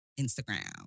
Instagram